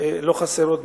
לא חסרות,